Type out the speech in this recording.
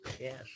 Yes